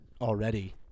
already –